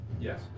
Yes